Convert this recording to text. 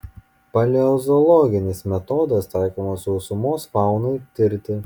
paleozoologinis metodas taikomas sausumos faunai tirti